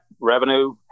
revenue